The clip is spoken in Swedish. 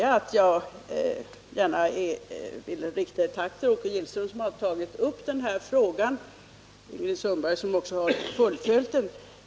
Som avslutning vill jag sedan för min del rikta ett tack till Åke Gillström, som tagit upp den här frågan, och till Ingrid Sundberg, som också fullföljt den.